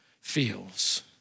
feels